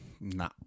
Nah